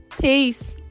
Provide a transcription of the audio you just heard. Peace